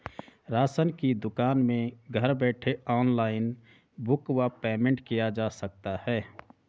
Ration की दुकान में घर बैठे ऑनलाइन बुक व पेमेंट किया जा सकता है?